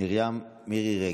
מירי מרים רגב.